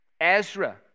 Ezra